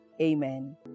Amen